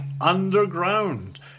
underground